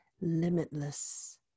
limitless